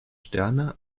sterne